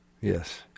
Yes